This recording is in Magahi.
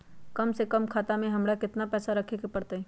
कम से कम खाता में हमरा कितना पैसा रखे के परतई?